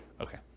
Okay